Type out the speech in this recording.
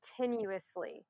continuously